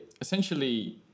essentially